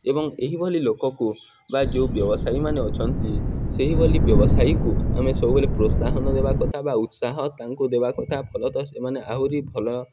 ଏବଂ ଏହିଭଳି ଲୋକକୁ ବା ଯୋଉ ବ୍ୟବସାୟୀମାନେ ଅଛନ୍ତି ସେହିଭଳି ବ୍ୟବସାୟୀକୁ ଆମେ ସବୁବେଳେ ପ୍ରୋତ୍ସାହନ ଦେବା କଥା ବା ଉତ୍ସାହ ତାଙ୍କୁ ଦେବା କଥା ଫଲତଃ ସେମାନେ ଆହୁରି ଭଲ